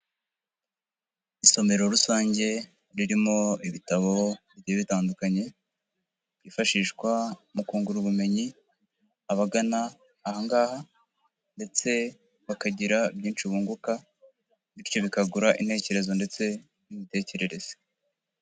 Isomero rusange ririmo ibitabo bigiye bitandukanye, byiyifashishwa mu kungura ubumenyi abagana aha ngaha ndetse bakagira byinshi bunguka bityo bikagura intekerezo ndetse n'imitekerereze.